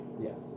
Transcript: Yes